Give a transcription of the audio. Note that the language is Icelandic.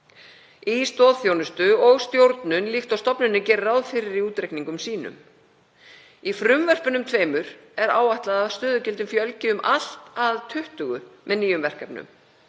í stoðþjónustu og stjórnun líkt og stofnunin gerir ráð fyrir í útreikningum sínum. Í frumvörpunum tveimur er áætlað að stöðugildum fjölgi um allt að 20 með nýjum verkefnum.